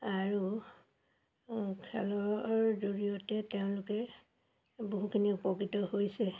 আৰু খেলৰ জৰিয়তে তেওঁলোকে বহুখিনি উপকৃত হৈছে